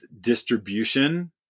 distribution